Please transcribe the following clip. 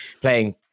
playing